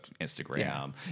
Instagram